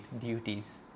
duties